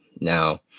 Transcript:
now